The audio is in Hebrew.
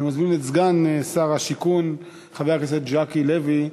אני מזמין את סגן שר השיכון חבר הכנסת ז'קי לוי.